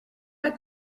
pas